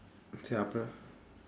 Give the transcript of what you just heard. சரி அப்புறம்:sari appuram